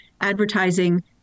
advertising